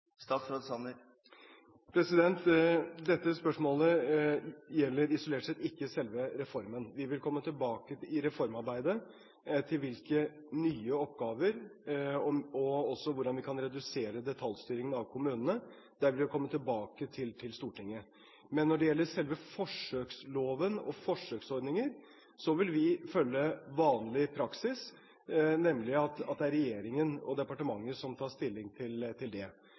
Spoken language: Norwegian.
Dette spørsmålet gjelder isolert sett ikke selve reformen. Vi vil komme tilbake i reformarbeidet til hvilke nye oppgaver og også hvordan vi kan redusere detaljstyringen av kommunene. Det vil vi komme tilbake med til Stortinget. Men når det gjelder selve forsøksloven og forsøksordningen, vil vi følge vanlig praksis, nemlig at det er regjeringen og departementet som tar stilling til det. Når det gjelder videregående skoler, har vi ikke tatt stilling til om det